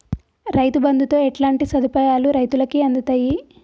రైతు బంధుతో ఎట్లాంటి సదుపాయాలు రైతులకి అందుతయి?